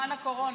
בזמן הקורונה.